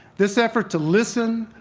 this effort to listen,